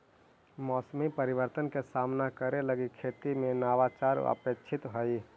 मौसमी परिवर्तन के सामना करे लगी खेती में नवाचार अपेक्षित हई